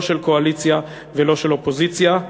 לא של הקואליציה ולא של האופוזיציה.